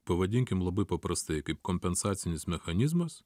pavadinkim labai paprastai kaip kompensacinis mechanizmas